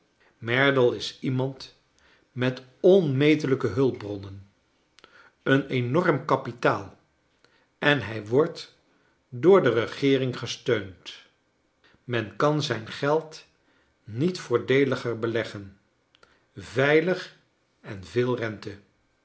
merdle is iemand met onmetelijke hulpbronnen een enorm kapitaal en hij wordt door de regeering gesteund men kan zijn geld niet voordeeliger beleggen veilig en veel rente